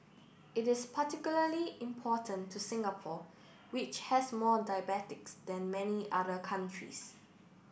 it is particularly important to Singapore which has more diabetics than many other countries